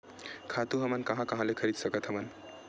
खातु हमन कहां कहा ले खरीद सकत हवन?